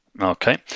Okay